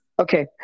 okay